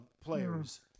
players